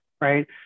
Right